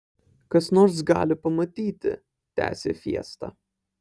kas nors gali pamatyti tęsė fiesta